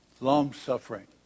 Long-suffering